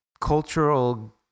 cultural